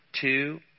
two